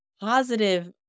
positive